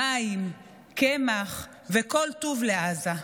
מים, קמח וכל טוב לעזה,